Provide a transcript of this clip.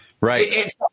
right